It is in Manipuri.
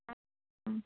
ꯎꯝ ꯎꯝ